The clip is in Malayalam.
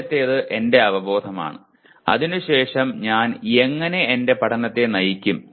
ആദ്യത്തേത് എന്റെ അവബോധമാണ് അതിനുശേഷം ഞാൻ എങ്ങനെ എന്റെ പഠനത്തെ നയിക്കും